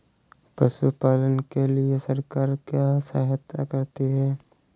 पशु पालन के लिए सरकार क्या सहायता करती है?